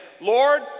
Lord